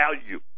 value